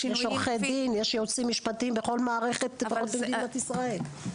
יש עורכי דין ויועצים משפטיים בכל מערכת במדינת ישראל.